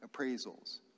appraisals